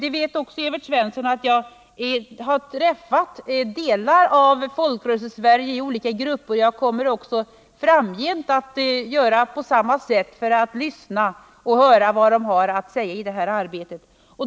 Evert Svensson vet att jag har träffat delar av Folkrörelsesverige i olika grupper, och jag kommer framgent att göra på samma sätt för att lyssna på vad de har att säga.